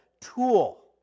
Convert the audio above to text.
tool